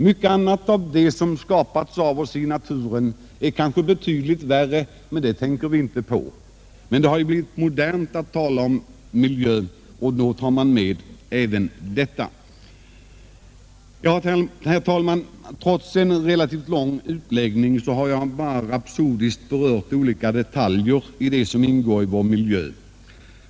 Mycket annat av det som skapats av oss i naturen är kanske betydligt värre, men detta tänker vi inte på. Det har ju blivit modernt att tala om miljö, och då tar man med även detta. Herr talman! Trots en relativt lång utläggning har jag bara rapsodiskt berört olika detaljer i det som ingår i vår miljö.